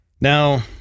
Now